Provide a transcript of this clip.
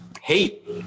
Hate